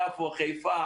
בחיפה,